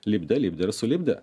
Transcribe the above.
lipdė lipdė ir sulipdė